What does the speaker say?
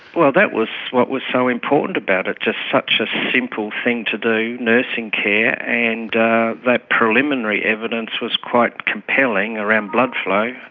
well, that was what was so important about it, just such a simple thing to do, nursing care, and that preliminary evidence was quite compelling around blood flow.